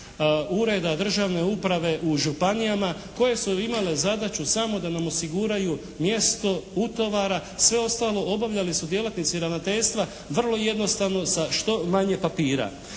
Ureda državne uprave u županijama koje su imale zadaću samo da nam osiguraju mjesto utovara. Sve ostalo obavljali su djelatnici Ravnateljstva vrlo jednostavno sa što manje papira.